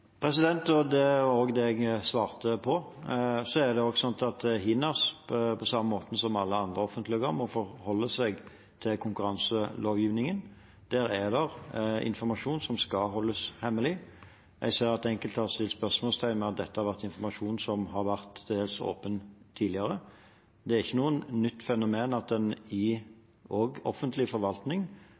Det var det jeg også svarte på. Så er det slik at HINAS, på samme måten som alle andre offentlige organ, må forholde seg til konkurranselovgivningen. Der er det informasjon som skal holdes hemmelig. Jeg ser at enkelte har stilt spørsmål ved at dette har vært informasjon som har vært til dels åpen tidligere. Det er ikke noe nytt fenomen at en også i offentlig forvaltning